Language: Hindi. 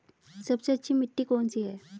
सबसे अच्छी मिट्टी कौन सी है?